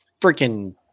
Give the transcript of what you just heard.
freaking